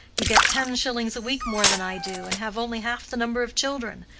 you get ten shillings a-week more than i do, and have only half the number of children.